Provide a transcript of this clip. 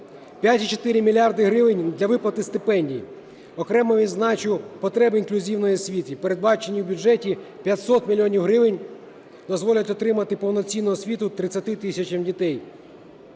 5,4 мільярда гривень – для виплати стипендій. Окремо відзначу потреби інклюзивної освіти. Передбачені в бюджеті 500 мільйонів гривень дозволять отримати повноцінну освіту 30 тисячам дітей.